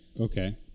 Okay